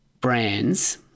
brands